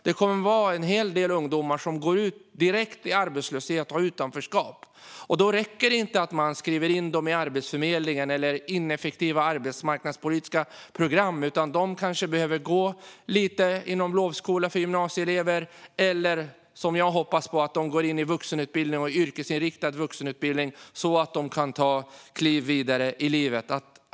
Det kommer att vara en hel del ungdomar som går ut direkt i arbetslöshet och utanförskap. Det räcker inte att man skriver in dem hos Arbetsförmedlingen eller i ineffektiva arbetsmarknadspolitiska program, utan de kanske behöver gå lite i lovskola för gymnasieelever. Jag hoppas att de går in i vuxenutbildning - yrkesinriktad vuxenutbildning - så att de kan ta kliv vidare i livet.